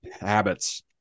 habits